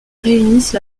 réunissent